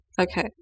Okay